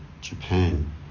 Japan